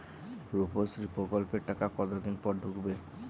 রুপশ্রী প্রকল্পের টাকা কতদিন পর ঢুকবে?